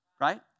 Right